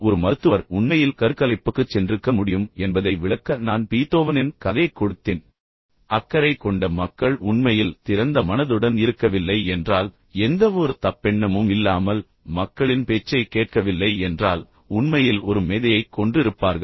ஒரு மருத்துவர் உண்மையில் கருக்கலைப்புக்குச் சென்றிருக்க முடியும் என்பதை விளக்க நான் பீத்தோவனின் கதையைக் கொடுத்தேன் அக்கறை கொண்ட மக்கள் உண்மையில் திறந்த மனதுடன் இருக்கவில்லை என்றால் எந்தவொரு தப்பெண்ணமும் இல்லாமல் மக்களின் பேச்சைக் கேட்கவில்லை என்றால் உண்மையில் ஒரு மேதையைக் கொன்றிருப்பார்கள்